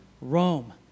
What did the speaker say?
Rome